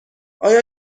آیا